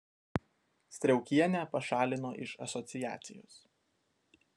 striaukienę pašalino iš asociacijos